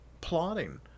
plotting